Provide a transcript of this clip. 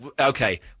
Okay